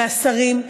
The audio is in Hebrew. מהשרים,